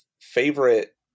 favorite